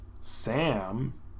Sam